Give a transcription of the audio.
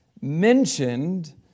mentioned